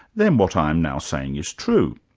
then what i am now saying is true.